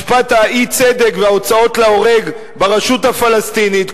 משפט האי-צדק וההוצאות להורג ברשות הפלסטינית,